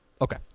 Okay